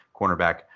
cornerback